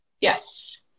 Yes